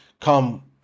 come